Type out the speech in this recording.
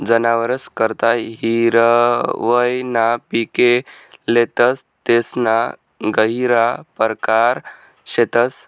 जनावरस करता हिरवय ना पिके लेतस तेसना गहिरा परकार शेतस